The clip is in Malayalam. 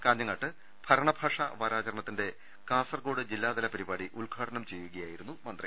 കാഞ്ഞങ്ങാട്ട് ഭരണഭാഷാ വാരാചരണത്തിന്റെ കാസർകോട് ജില്ലാതല പരിപാടി ഉദ്ഘാടനം ചെയ്യുകയായിരുന്നു മന്ത്രി